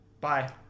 Bye